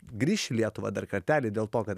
grįš į lietuvą dar kartelį dėl to kad